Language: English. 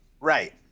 right